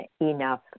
enough